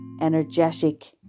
energetic